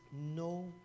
no